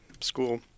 school